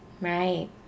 Right